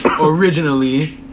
Originally